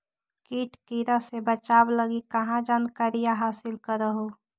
किट किड़ा से बचाब लगी कहा जानकारीया हासिल कर हू?